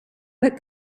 let